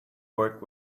work